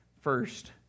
first